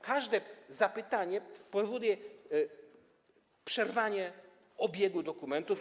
Każde zapytanie powoduje przerwanie obiegu dokumentów.